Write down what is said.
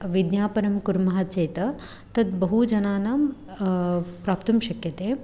विज्ञापनं कुर्मः चेत् तद्बहु जनानां प्राप्तुं शक्यते